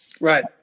right